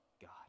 God